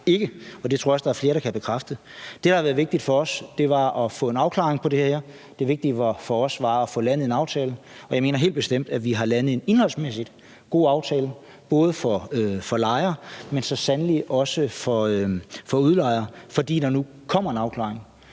ikke, og det tror jeg også flere kan bekræfte. Det, der har været vigtigt for os, var at få en afklaring på det her. Det vigtige for os var at få landet en aftale, og jeg mener helt bestemt, at vi har landet en indholdsmæssigt god aftale både for lejere, men så sandelig også for udlejere, fordi der nu kommer en afklaring.